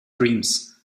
dreams